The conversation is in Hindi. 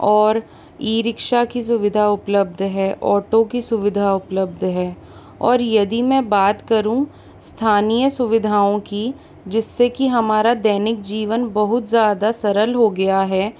और ई रिक्शा की सुविधा उपलब्ध है ऑटो की सुविधा उपलब्ध है और यदि मैं बात करूँ स्थानीय सुविधाओं की जिससे कि हमारा दैनिक जीवन बहुत ज़्यादा सरल हो गया है